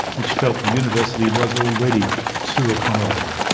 which felt the university was already too accommodating.